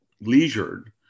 leisured